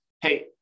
hey